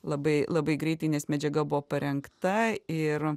labai labai greitai nes medžiaga buvo parengta ir